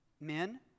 Men